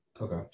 okay